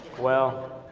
well,